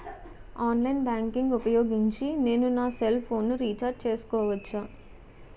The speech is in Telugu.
ఆన్లైన్ బ్యాంకింగ్ ఊపోయోగించి నేను నా సెల్ ఫోను ని రీఛార్జ్ చేసుకోవచ్చా?